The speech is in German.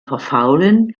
verfaulen